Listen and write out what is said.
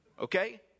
okay